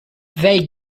they